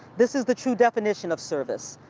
this is the true division of service.